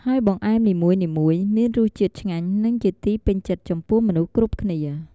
ហើយបង្អែមនីមួយៗ មានរសជាតិឆ្ងាញ់ និងជាទីពេញចិត្តចំពោះមនុស្សគ្រប់គ្នា។